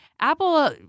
Apple